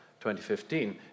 2015